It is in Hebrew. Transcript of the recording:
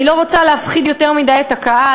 אני לא רוצה להפחיד יותר מדי את הקהל,